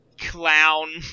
clown